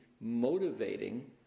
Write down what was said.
motivating